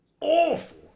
awful